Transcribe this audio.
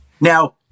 Now